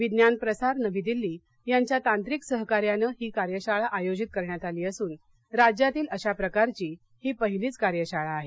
विज्ञान प्रसार नवी दिल्ली यांच्या तांत्रिक सहकार्याने ही कार्यशाळा आयोजित करण्यात आली असून राज्यातील अशा प्रकारची ही पहिलीच कार्यशाळा आहे